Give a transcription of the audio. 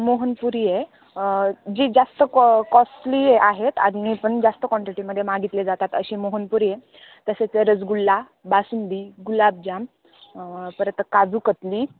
मोहनपुरी आहे जी जास्त कॉ कॉस्टली आहेत आणि पण जास्त क्वांटिटीमध्ये मागितले जातात असे मोहनपुरी आहे तसेच रसगुल्ला बासुंदी गुलाबजाम परत काजू कतली